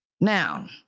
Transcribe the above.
Now